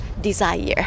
desire